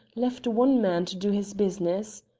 left one man to do his business.